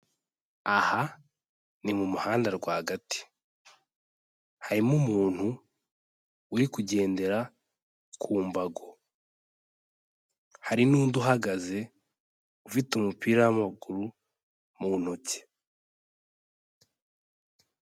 Aha ni mu muhanda rwagati. Harimo umuntu uri kugendera ku mbago, hari n'undi uhagaze ufite umupira w'amaguru mu ntoki.